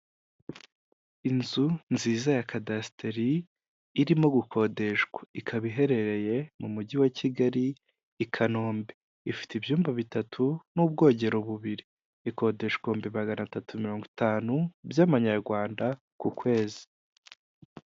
Inzu nziza ya kadasiteri irimo gukodeshwa, ikaba iherereye mu mujyi wa Kigali i Kanombe, ifite ibyumba bitatu n'ubwogero bubiri, ikodeshwa ibihumbi magana atatu mirongo itanu by'amanyarwanda ku kwezi.